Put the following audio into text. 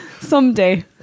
Someday